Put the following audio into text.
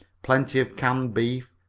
plenty of canned beef,